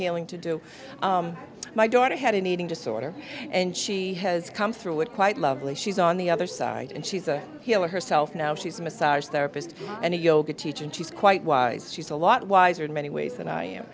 healing to do my daughter had an eating disorder and she has come through it quite lovely she's on the other side and she's a healer herself now she's a massage therapist and a yoga teacher and she's quite wise she's a lot wiser in many ways than i am